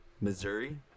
Missouri